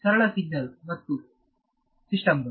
ಸರಳ ಸಿಗ್ನಲ್ ಮತ್ತು ಸಿಸ್ಟಮ್ ಗಳು